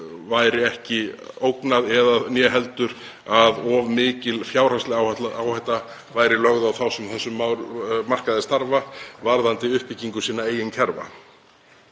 væri ekki ógnað né heldur að of mikil fjárhagsleg áhætta væri lögð á þá sem á þessum markaði starfa varðandi uppbyggingu sinna eigin kerfa.